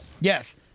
Yes